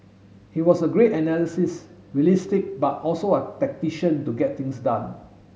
he was a great analyst realistic but also a tactician to get things done